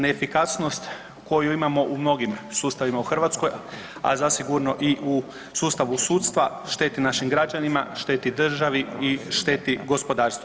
Neefikasnost koju imamo u mnogim sustavima u Hrvatskoj, a zasigurno i u sustavu sudstva šteti našim građanima, šteti državi i šteti gospodarstvu.